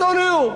אותו נאום.